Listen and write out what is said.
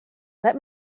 let